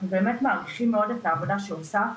אנחנו באמת מעריכים מאוד את העבודה שהוא עשה.